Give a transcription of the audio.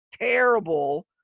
terrible